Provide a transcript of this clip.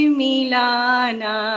milana